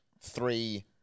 three